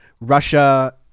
Russia